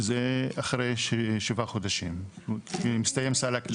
זה אחרי שבעה חודשים, כי מסתיים סל הקליטה.